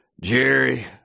Jerry